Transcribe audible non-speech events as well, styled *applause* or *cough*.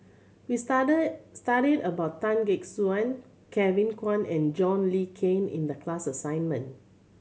we *unintelligible* studied about Tan Gek Suan Kevin Kwan and John Le Cain in the class assignment